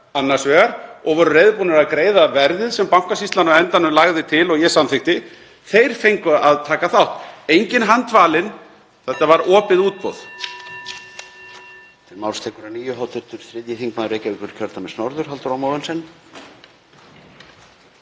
annars vegar og voru reiðubúnir að greiða verðið sem Bankasýslan á endanum lagði til og ég samþykkti, þeir fengu að taka þátt. Enginn handvalinn. Þetta var opið útboð.